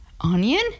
onion